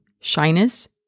Shyness